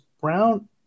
Brown